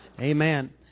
Amen